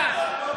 תודה.